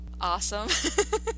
awesome